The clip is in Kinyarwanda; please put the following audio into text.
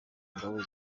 ngabo